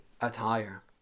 attire